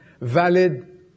valid